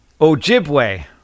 Ojibwe